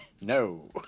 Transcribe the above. No